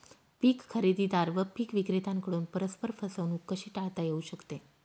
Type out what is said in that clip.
पीक खरेदीदार व पीक विक्रेत्यांकडून परस्पर फसवणूक कशी टाळता येऊ शकते?